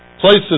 Places